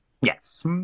Yes